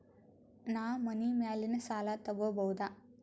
ನಾ ಮನಿ ಮ್ಯಾಲಿನ ಸಾಲ ತಗೋಬಹುದಾ?